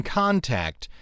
contact